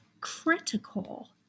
critical